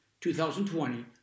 2020